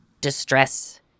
distress